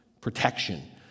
protection